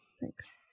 thanks